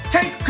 Take